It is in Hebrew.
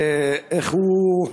איך הוא?